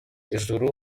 ijuru